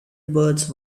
births